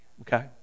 Okay